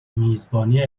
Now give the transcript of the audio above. میزبانی